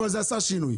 אבל זה עשה שינוי.